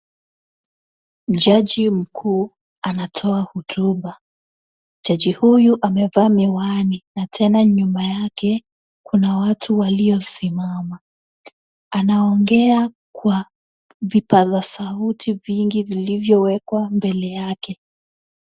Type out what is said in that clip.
Jaji mkuu anatoa hotuba. Jaji huyu amevaa miwani na tena nyuma yake kuna watu waliosimama. Anaongea kwa vipaza sauti vingi vilivyowekwa mbele yake.